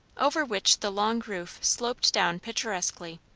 over which the long roof sloped down picturesquely.